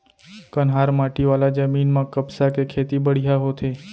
कन्हार माटी वाला जमीन म कपसा के खेती बड़िहा होथे